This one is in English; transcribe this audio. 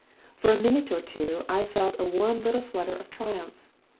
for a minute or two i felt a warm little flutter of triumph.